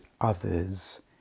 others